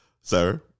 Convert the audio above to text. sir